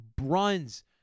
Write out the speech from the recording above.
runs